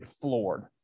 floored